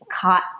caught